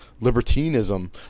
libertinism